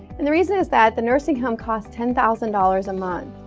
and the reason is that the nursing home cost ten thousand dollars a month,